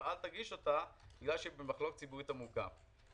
אל תגיש אותה בגלל שהיא במחלוקת ציבורית עמוקה.